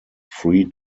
free